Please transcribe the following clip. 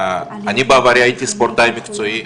אני בעברי הייתי ספורטאי מקצועי,